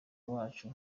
wacu